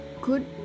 good